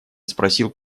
спросил